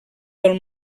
del